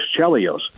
Chelios